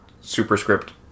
superscript